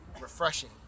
refreshing